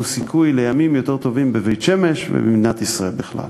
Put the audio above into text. סיכוי לימים יותר טובים בבית-שמש ובמדינת ישראל בכלל.